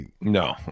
No